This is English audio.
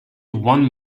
one